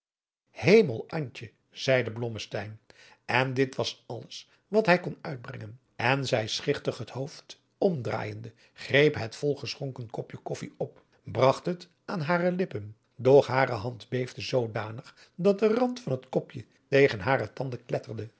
antje zeide blommesteyn en dit was alles wat hij kon uitbrengen en zij schichtig het hoofd omdraaijende greep het vol geschonken kopje koffij op bragt het aan hare lippen doch hare hand beefde zoodanig dat de rand van het kopje tegen hare tanden kletterde